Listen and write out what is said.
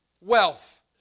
wealth